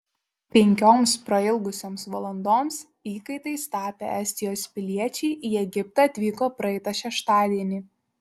penkioms prailgusioms valandoms įkaitais tapę estijos piliečiai į egiptą atvyko praeitą šeštadienį